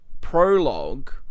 prologue